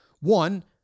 One